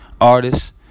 artists